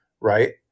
Right